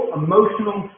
emotional